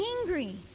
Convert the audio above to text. angry